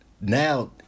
Now